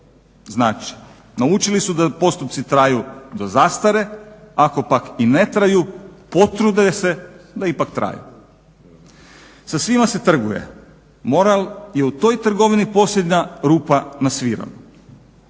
Znači. Naučili su da postupci traju do zastare, ako pak i ne traju potrude se da ipak traju. Sa svime se trguje. Moral je u toj trgovini posljednja rupa na svirali.